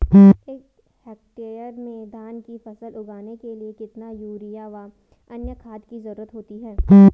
एक हेक्टेयर में धान की फसल उगाने के लिए कितना यूरिया व अन्य खाद की जरूरत होती है?